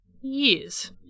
years